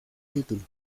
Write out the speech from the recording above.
título